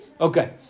Okay